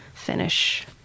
finish